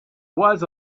was